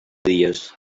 dies